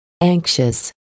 anxious